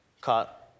caught